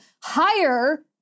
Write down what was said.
higher